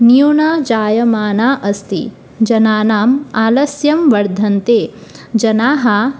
न्यूना जायमाना अस्ति जनानाम् आलस्यं वर्धते जनाः